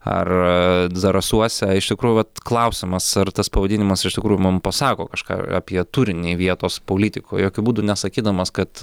ar zarasuose iš tikrųjų vat klausimas ar tas pavadinimas iš tikrųjų mum pasako kažką apie turinį vietos politikų jokiu būdu nesakydamas kad